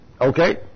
Okay